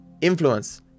influence